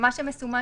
מה שמסומן